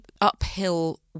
uphill